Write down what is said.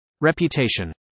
Reputation